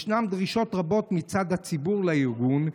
ישנן דרישות רבות מצד הציבור לארגון,